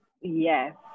yes